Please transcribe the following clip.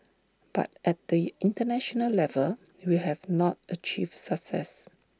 but at the International level we have not achieved success